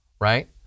right